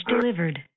delivered